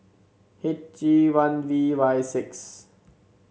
H E one V Y six